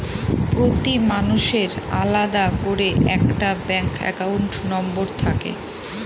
প্রতি মানুষের আলাদা করে একটা ব্যাঙ্ক একাউন্ট নম্বর থাকে